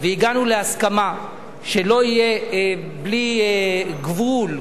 והגענו להסכמה שלא יהיה בלי גבול,